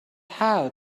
how